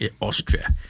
Austria